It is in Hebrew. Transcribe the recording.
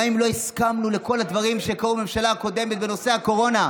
גם אם לא הסכמנו לכל הדברים שקרו בממשלה הקודמת בנושא הקורונה,